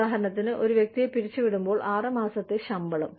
ഉദാഹരണത്തിന് ഒരു വ്യക്തിയെ പിരിച്ചുവിടുമ്പോൾ ആറ് മാസത്തെ ശമ്പളം